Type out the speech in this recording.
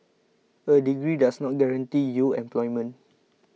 a degree does not guarantee you employment